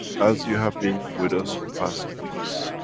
as you have been with us, for past weeks.